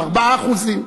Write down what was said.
4%?